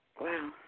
Wow